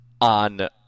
on